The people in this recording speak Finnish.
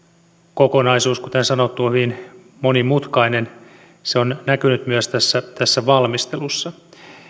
kokonaisuus kuten sanottu on hyvin monimutkainen se on näkynyt myös tässä tässä valmistelussa